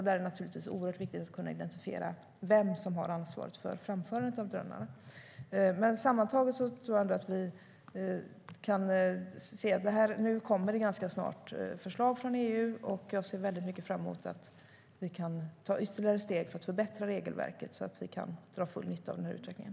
Där är det naturligtvis oerhört viktigt att kunna identifiera vem som har ansvaret för framförandet av drönaren. Sammantaget tror jag ändå att vi kan se att det ganska snart kommer förslag från EU. Jag ser väldigt mycket fram emot att vi ska kunna ta ytterligare steg för att förbättra regelverket, så att vi kan dra full nytta av utvecklingen.